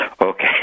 Okay